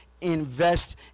Invest